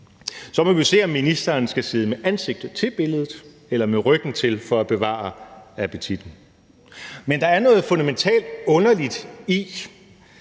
Så må vi se, om ministeren skal sidde med ansigtet mod billedet eller med ryggen til for at bevare appetitten. Men der er noget fundamentalt underligt i